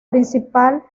principal